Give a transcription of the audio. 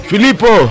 Filippo